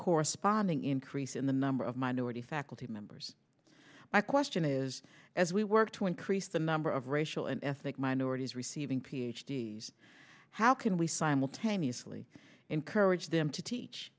corresponding increase in the number of minority faculty members my question is as we work to increase the number of racial and ethnic minorities receiving ph d s how can we simultaneously encourage them to teach